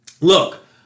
Look